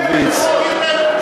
לכם.